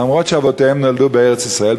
אף שאבותיהם נולדו בארץ-ישראל,